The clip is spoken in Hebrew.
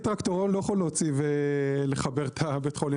כי הוא צריך להשקיע בתוך בתי החולים.